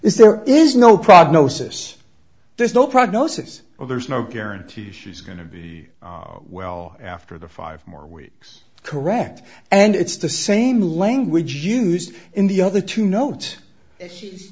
is there is no prognosis there's no prognosis or there's no guarantee she's going to be well after the five more weeks correct and it's the same language used in the other two notes and